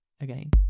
again